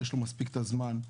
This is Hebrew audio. יש לו מספיק זמן.